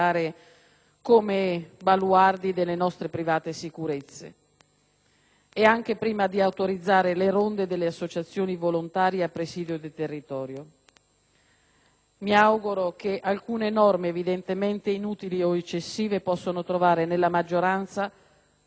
e anche prima di autorizzare le ronde delle associazioni volontarie a presidio del territorio. Mi auguro che alcune norme evidentemente inutili o eccessive possano trovare nella maggioranza l'autorizzazione necessaria per una modifica sostanziale.